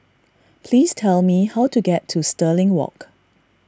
please tell me how to get to Stirling Walk